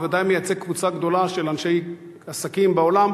והוא ודאי מייצג קבוצה גדולה של אנשי עסקים בעולם